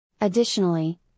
Additionally